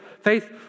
faith